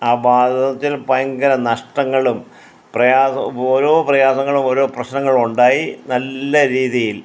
ആ ബാധിച്ചതിൽ ഭയങ്കര നഷ്ടങ്ങളും പ്രയാസം ഓരോ പ്രയാസങ്ങളും ഓരോ പ്രശ്നങ്ങളും ഉണ്ടായി നല്ല രീതിയിൽ